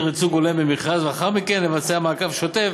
ייצוג הולם במכרז ולאחר מכן לבצע מעקב שוטף